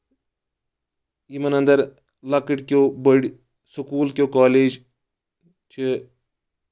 یِمَن اَندر لۄکٕٹۍ کیو بٔڑۍ سکوٗل کیو کالیج چھِ